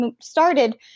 started